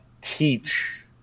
teach